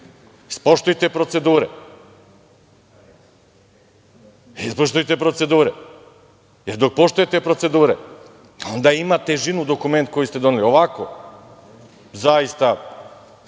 Ispoštujte procedure. Ispoštujte procedure jer dok poštujete procedure onda ima težinu dokument koji ste doneli. Ovako, zaista,